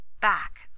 back